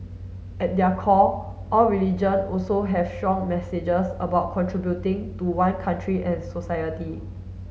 at their core all religion also have strong messages about contributing to one country and society